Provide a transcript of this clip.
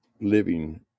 living